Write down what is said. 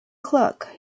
clerk